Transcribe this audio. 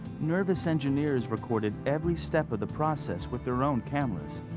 nervous engineers recorded every step of the process with their own cameras.